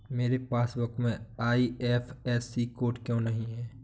मेरे पासबुक में IFSC code क्यो नहीं है?